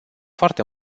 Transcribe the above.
foarte